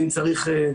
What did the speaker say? ואם צריך,